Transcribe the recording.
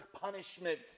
punishment